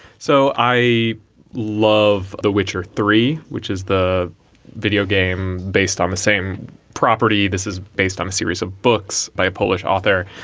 so i love the witcher three, which is the video game based on the same property. this is based on a series of books by polish author.